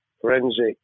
forensic